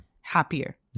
happier